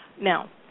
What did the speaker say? Now